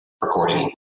recording